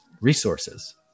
resources